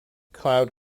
cloud